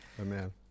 Amen